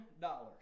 dollars